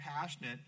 passionate